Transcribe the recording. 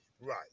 Right